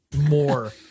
more